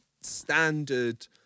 standard